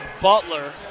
Butler